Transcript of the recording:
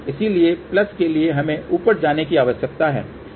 इसलिए प्लस के लिए हमें ऊपर जाने की आवश्यकता है